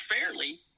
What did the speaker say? fairly